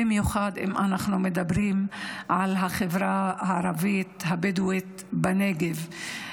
במיוחד אם אנחנו מדברים על החברה הערבית הבדואית בנגב.